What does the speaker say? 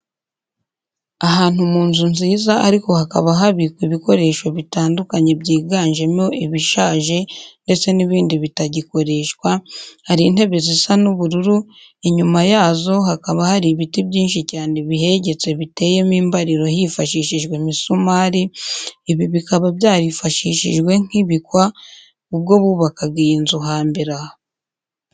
Ahantu mu nzu nziza ariko hakaba habikwa ibikoresho bitandukanye byiganjemo ibyashaje ndetse n'ibindi bitagikoreshwa, hari intebe zisa n'ubururu, inyuma yazo hakaba hari ibiti byinshi cyane bihegetse biteyemo imbariro hifashishijwe imisumari, ibi bikaba byarifashishijwe nk'ibikwa ubwo bubakaga iyi nzu hambere aha.